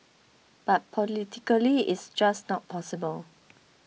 but politically it's just not possible